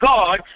God